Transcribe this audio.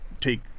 take